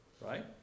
Right